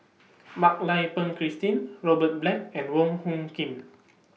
Mak Lai Peng Christine Robert Black and Wong Hung Khim